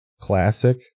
Classic